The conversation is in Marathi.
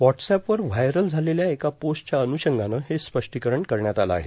व्हॉटस्एपवर व्हायरल झालेल्या एका पोस्टच्या अनुषंगानं हे स्पष्टांकरण करण्यात आलं आहे